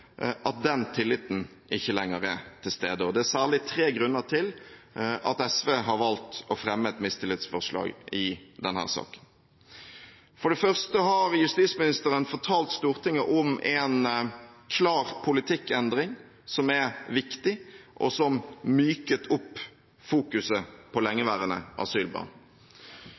at den tilliten ikke lenger er til stede, og det er særlig tre grunner til at SV har valgt å fremme et mistillitsforslag i denne saken. For det første har justisministeren fortalt Stortinget om en klar politikkendring, som er viktig, og som myket opp fokuset på